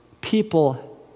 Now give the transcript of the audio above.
people